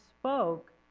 spoke